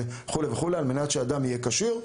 וכולי וכולי על מנת שאדם יהיה כשיר.